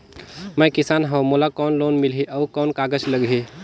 मैं किसान हव मोला कौन लोन मिलही? अउ कौन कागज लगही?